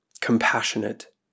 compassionate